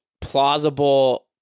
plausible